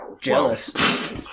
jealous